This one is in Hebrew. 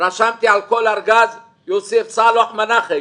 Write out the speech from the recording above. רשמתי על כל ארגז 'יוסף צאלח מנאכה'.